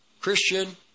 Christian